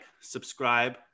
subscribe